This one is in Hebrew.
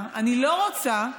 גם אנחנו הגברים.